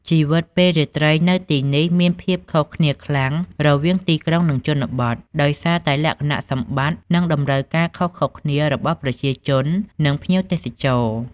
ជីវិតពេលរាត្រីនៅទីនេះមានភាពខុសគ្នាខ្លាំងរវាងទីក្រុង និងជនបទ ដោយសារតែលក្ខណៈសម្បត្តិ និងតម្រូវការខុសៗគ្នារបស់ប្រជាជន និងភ្ញៀវទេសចរ ។